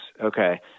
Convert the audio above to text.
okay